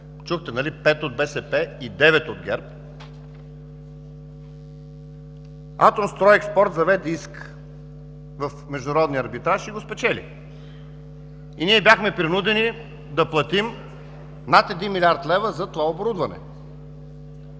нали – пет от БСП и девет от ГЕРБ, „Атомстройекспорт“ заведе иск в Международния арбитраж и го спечели и ние бяхме принудени да платим над 1 млрд. лв. за това оборудване.